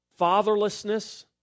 fatherlessness